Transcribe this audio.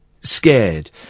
scared